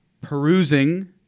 perusing